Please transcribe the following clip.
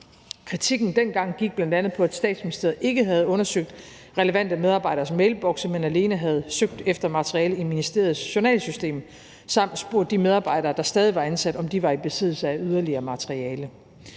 Kritikken dengang gik bl.a. på, at Statsministeriet ikke havde undersøgt relevante medarbejderes mailbokse, men alene havde søgt efter materiale i ministeriets journalsystem samt spurgt de medarbejdere, der stadig var ansat, om de var i besiddelse af yderligere materiale.